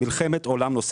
מלחמת עולם נוספת.